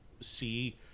see